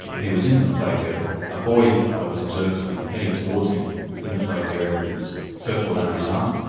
he was in the flagged area, a boy was observed to be heading towards him, within the flagged area with his surfboard under his arm.